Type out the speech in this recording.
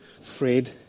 Fred